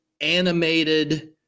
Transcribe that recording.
animated